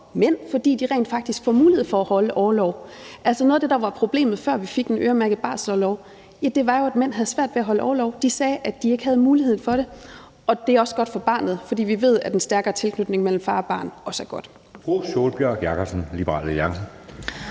fordi de rent faktisk får mulighed for at holde orlov. Altså, noget af det, der var problemet, før vi fik den øremærkede barselsorlov, var jo, at mænd havde svært ved at holde orlov; de sagde, at de ikke havde muligheden for det. Det er også godt for barnet, fordi vi ved, at en stærkere tilknytning mellem far og barn også er godt.